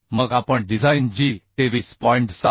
मग आपण design G 23